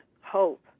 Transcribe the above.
hope